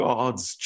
God's